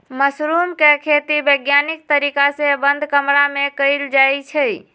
mushroom के खेती वैज्ञानिक तरीका से बंद कमरा में कएल जाई छई